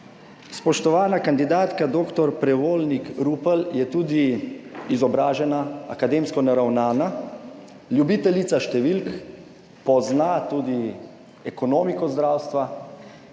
Spoštovana kandidatka dr. Prevolnik Rupel je tudi izobražena, akademsko naravnana, ljubiteljica številk. Pozna tudi ekonomiko zdravstva.